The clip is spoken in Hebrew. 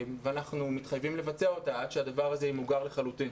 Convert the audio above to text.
ואנחנו מתחייבים למבצע אותה עד שהדבר הזה ימוגר לחלוטין.